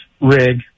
rig